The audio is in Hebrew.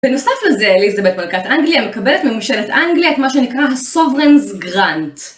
בנוסף לזה אליזבת מלכת אנגליה מקבלת מממשלת אנגליה את מה שנקרא הסוברנס גראנט.